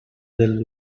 del